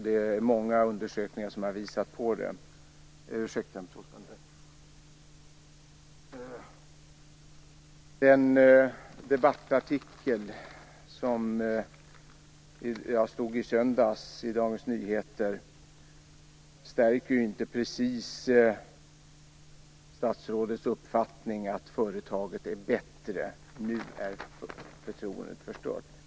Det är många undersökningar som har visat detta. En debattartikel i söndagens Dagens Nyheter stärker inte precis statsrådets uppfattning att företagsklimatet är bättre. Artikelns rubrik lyder: Nu är förtroendet förstört.